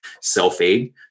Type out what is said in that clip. self-aid